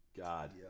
God